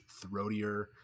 throatier